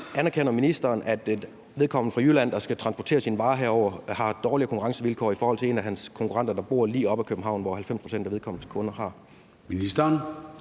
Anerkender ministeren, at vedkommende fra Jylland, der skal transportere sine varer herover, har dårligere konkurrencevilkår i forhold til en af hans konkurrenter, der bor lige op ad København, hvor 90 pct. af vedkommendes kunder er?